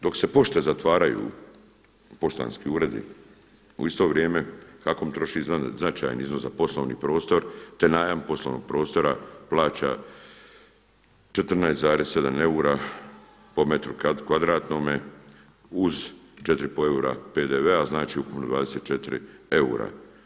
Dok se pošte zatvaraju, poštanski uredi u isto vrijeme HAKOM troši značajni iznos za poslovni prostor te najam poslovnog prostora plaća 14,7 eura po metru kvadratnome uz 4,5 eura PDV-a, znači ukupno 24 eura.